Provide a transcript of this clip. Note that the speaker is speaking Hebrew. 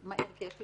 אז מהר כי יש לי